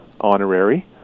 honorary